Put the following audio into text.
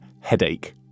Headache